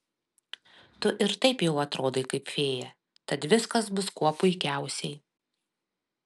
tu ir taip jau atrodai kaip fėja tad viskas bus kuo puikiausiai